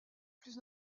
plus